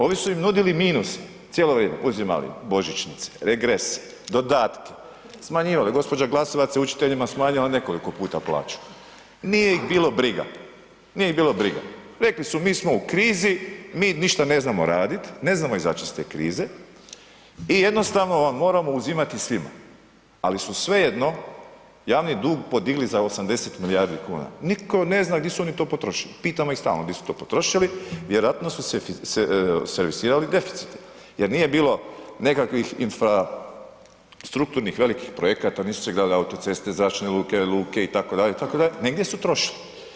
Ovi su im nudili minuse, cijelo vrijeme, uzimali božićnice, regrese, dodatke, smanjivali, gđa. Glasovac je učiteljima smanjila nekoliko puta plaću, nije ih bilo briga, rekli su mi smo u krizi, mi ništa ne znamo radit, ne znamo izać iz te krize i jednostavno vam moramo uzimati svima ali su svejedno javni dug podigli za 80 milijardi kuna, nitko ne zna di su oni to potrošili, pitamo ih stalno di su to potrošili, vjerojatno su servisirali deficite jer nije bilo nekakva infrastrukturnih velikih projekata, nisu se gradile autoceste, zračne luke, luke itd., itd., negdje su trošili.